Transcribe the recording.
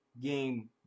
game